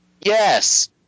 Yes